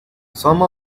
some